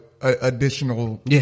additional